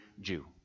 Jew